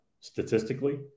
statistically